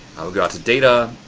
i will go out to data,